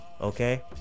okay